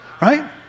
right